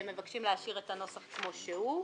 והם מבקשים להשאיר את הנוסח כמו שהוא.